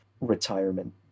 retirement